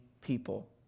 people